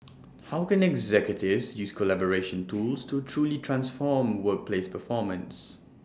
how can executives use collaboration tools to truly transform workplace performance